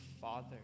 father